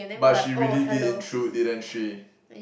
but she really did intrude didn't she